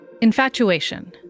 Infatuation